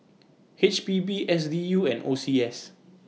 H P B S D U and O C S